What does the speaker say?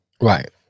Right